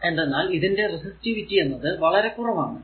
എന്തെന്നാൽ ഇതിന്റെ റെസിസ്റ്റിവിറ്റി എന്നത് വളരെ കുറവാണു